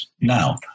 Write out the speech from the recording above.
Now